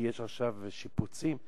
כי יש עכשיו שיפוצים.